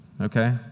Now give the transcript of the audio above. okay